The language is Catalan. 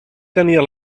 tenia